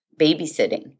babysitting